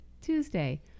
Tuesday